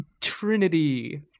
Trinity